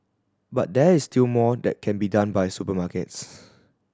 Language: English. but there is still more that can be done by supermarkets